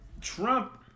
Trump